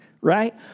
right